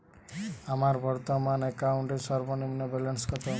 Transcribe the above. আমার বর্তমান অ্যাকাউন্টের সর্বনিম্ন ব্যালেন্স কত?